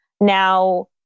Now